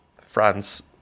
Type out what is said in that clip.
France